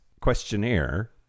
questionnaire